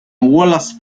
wallace